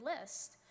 list